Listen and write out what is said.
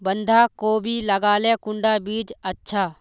बंधाकोबी लगाले कुंडा बीज अच्छा?